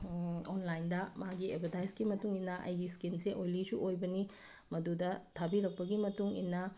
ꯑꯣꯟꯂꯥꯏꯟꯗ ꯃꯥꯒꯤ ꯑꯦꯕꯗꯥꯏꯁꯀꯤ ꯃꯇꯨꯡ ꯏꯟꯅ ꯑꯩꯒꯤ ꯁ꯭ꯀꯤꯟꯁꯦ ꯑꯣꯏꯂꯤꯁꯨ ꯑꯣꯏꯕꯅꯤ ꯃꯗꯨꯗ ꯊꯥꯕꯤꯔꯛꯄꯒꯤ ꯃꯇꯨꯡ ꯏꯟꯅ